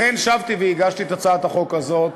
לכן שבתי והגשתי את הצעת החוק הזאת.